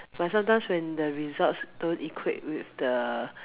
but sometimes when the results don't equate with the